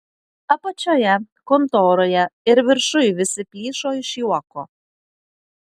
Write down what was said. apačioje kontoroje ir viršuj visi plyšo iš juoko